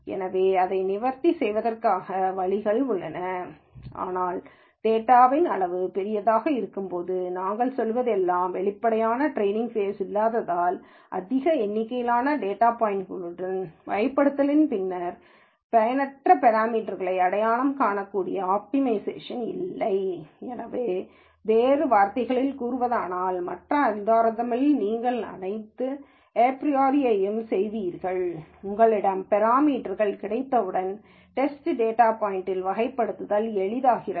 எனவே இதை நிவர்த்தி செய்வதற்கான வழிகள் உள்ளன ஆனால் டேட்டான் அளவு பெரிதாக இருக்கும்போது நாங்கள் சொல்வது எல்லாம் வெளிப்படையான ட்ரெய்னிங் ஃபேஸ் இல்லாததால் அதிக எண்ணிக்கையிலான டேட்டா பாய்ன்ட்களுடன் வகைப்படுத்தலில் பின்னர் பயனற்ற பெராமீட்டர்க்களை அடையாளம் காண கூடிய ஆப்டிமைஷேஷன் இல்லை எனவே வேறு வார்த்தைகளில் கூறுவதானால் மற்ற அல்காரிதம்களில் நீங்கள் அனைத்து e or t apriori ஐயும் செய்வீர்கள் உங்களிடம் பெராமீட்டர்க்கள் கிடைத்தவுடன் டெஸ்ட் டேட்டா பாய்ன்ட்யில் வகைப்படுத்தல் எளிதாகிறது